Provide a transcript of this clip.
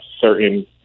certain